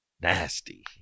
Nasty